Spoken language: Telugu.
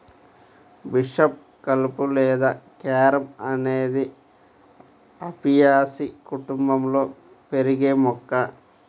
బిషప్ కలుపు లేదా క్యారమ్ అనేది అపియాసి కుటుంబంలో పెరిగే మొక్క